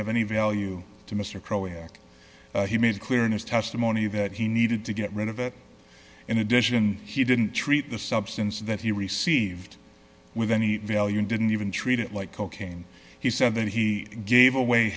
have any value to mr crow act he made clear in his testimony that he needed to get rid of it in addition he didn't treat the substance that he received with any value and didn't even treat it like cocaine he said that he gave away